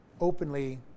openly